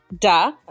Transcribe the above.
Duh